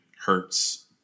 Hertz